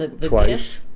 Twice